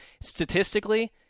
statistically